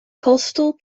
coastal